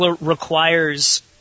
requires